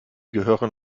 gehören